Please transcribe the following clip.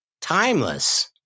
timeless